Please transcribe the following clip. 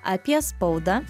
apie spaudą